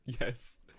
Yes